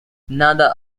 another